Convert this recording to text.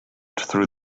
through